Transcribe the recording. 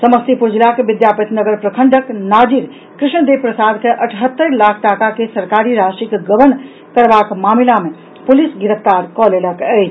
समस्तीपुर जिलाक विद्यापतिनगर प्रखंडक नाजिर कृष्ण देव प्रसाद के अठहत्तर लाख टाका के सरकारी राशिक गबन करबाक मामिला मे पुलिस गिरफ्तार कऽ लेलक अछि